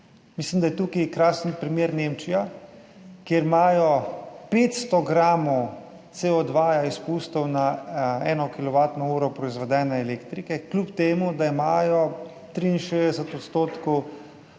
Mislim, da je tukaj krasen primer Nemčija, kjer imajo 500 gramov CO2 izpustov na eno kilovatno uro proizvedene elektrike, kljub temu, da imajo 63 % v